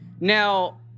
Now